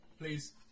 Please